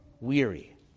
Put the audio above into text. weary